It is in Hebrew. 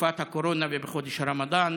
בתקופת הקורונה ובחודש הרמדאן,